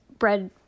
bread